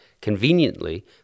conveniently